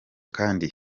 kandi